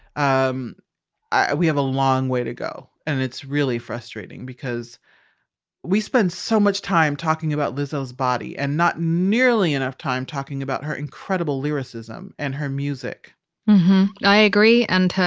um we have a long way to go. and it's really frustrating because we spend so much time talking about lizzo's body and not nearly enough time talking about her incredible lyricism and her music i agree. and her,